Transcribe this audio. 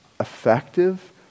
effective